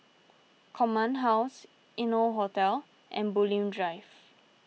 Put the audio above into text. Command House Innotel Hotel and Bulim Drive